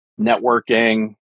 networking